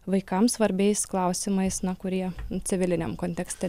vaikams svarbiais klausimais kurie civiliniam kontekste